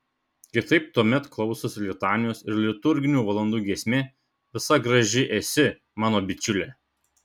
kitaip tuomet klausosi litanijos ir liturginių valandų giesmė visa graži esi mano bičiule